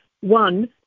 one